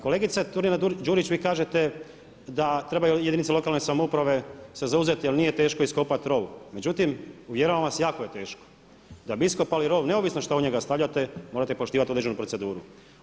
Kolegice Turina-Đurić, vi kažete da trebaju jedinice lokalne samouprave se zauzeti jer nije teško iskopati rov, međutim uvjeravam vas, jako je teško, da bi iskopali rov, neovisno šta u njega stavljate morate poštivati određenu proceduru.